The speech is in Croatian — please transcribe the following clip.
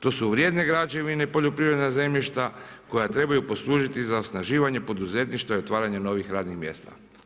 To su vrijedne građevine, poljoprivredna zemljišta koja trebaju poslužiti za osnaživanje poduzetništva i otvaranje novih radnih mjesta.